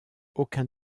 aucun